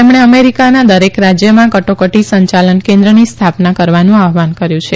તેમણે અમેરીકાના દરેક રાજયમાં કટોકટી સયાલન કેન્દ્રની સ્થાપના કરવાનું આહવાન કર્યુ છે